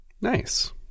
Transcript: Nice